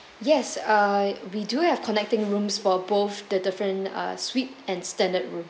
yes uh we do have connecting rooms for both the different uh suite and standard room